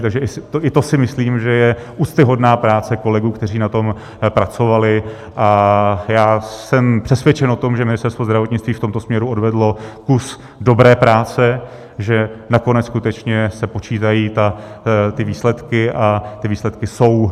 Takže i to si myslím, že je úctyhodná práce kolegů, kteří na tom pracovali, a já jsem přesvědčen o tom, že Ministerstvo zdravotnictví v tomto směru odvedlo kus dobré práce, že nakonec skutečně se počítají ty výsledky, a ty výsledky jsou.